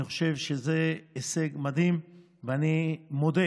אני חושב שזה הישג מדהים, ואני מודה